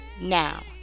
Now